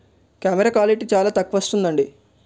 camera quality చాలా తక్కువ వస్తుందండి